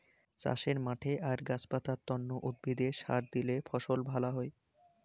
চাষের মাঠে আর গাছ পাতার তন্ন উদ্ভিদে সার দিলে ফসল ভ্যালা হই